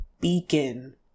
beacon